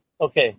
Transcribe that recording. Okay